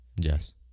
Yes